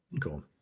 Cool